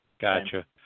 gotcha